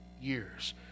years